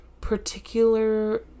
particular